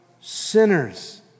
sinners